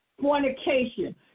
fornication